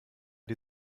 die